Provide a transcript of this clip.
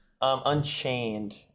Unchained